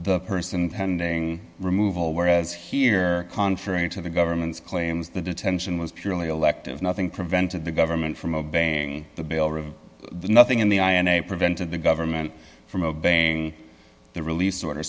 the person and removal whereas here conference of the government's claims the detention was purely elective nothing prevented the government from obeying the bill room nothing in the eye and a prevented the government from obeying the release order